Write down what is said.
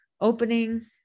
opening